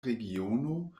regiono